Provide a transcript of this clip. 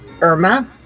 Irma